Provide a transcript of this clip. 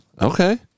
Okay